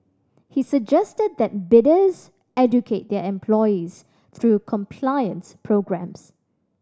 he suggested that bidders educate their employees through compliance programmes